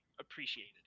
appreciated